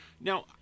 Now